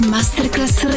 Masterclass